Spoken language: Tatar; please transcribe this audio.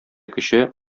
көче